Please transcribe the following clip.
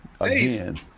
Again